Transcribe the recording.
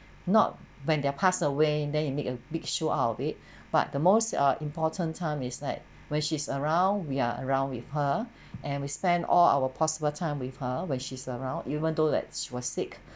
not when they're pass away then you make a big show out of it but the most ah important time is like when she's around we are around with her and we spend all our possible time with her when she's around even though that's was sick